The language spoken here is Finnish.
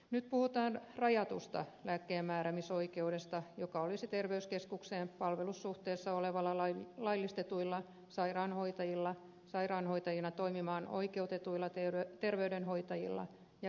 nyt puhutaan rajatusta lääkkeenmääräämisoikeudesta joka olisi terveyskeskukseen palvelussuhteessa olevilla laillistetuilla sairaanhoitajilla sairaanhoitajina toimimaan oikeutetuilla terveydenhoitajilla ja kätilöillä